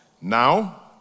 now